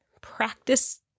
practice